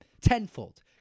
Tenfold